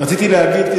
רציתי להגיד,